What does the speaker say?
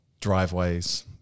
driveways